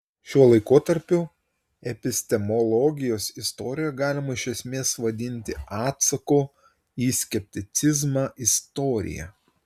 šiuo laikotarpiu epistemologijos istoriją galima iš esmės vadinti atsako į skepticizmą istorija